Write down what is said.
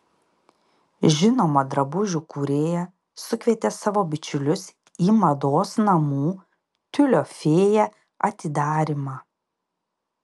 žinoma drabužių kūrėja sukvietė savo bičiulius į mados namų tiulio fėja atidarymą